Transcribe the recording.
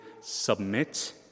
submit